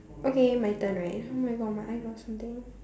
okay my turn right oh-my-God my eye got something